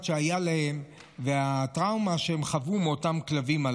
שהיה להן והטראומה שהן חוו מאותם כלבים.